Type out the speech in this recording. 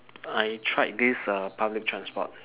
I tried this uh public transport